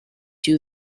you